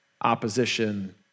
opposition